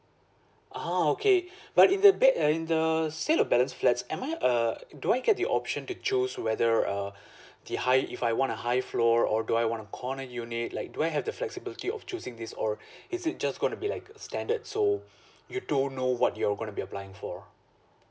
ah okay but in the bed uh in the sale of balance flats am I uh do I get the option to choose whether uh the high if I want a high floor or do I want a corner unit like do I have the flexibility of choosing this or is it just gonna be like a standard so you don't know what you're gonna be applying for